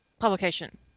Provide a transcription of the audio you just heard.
publication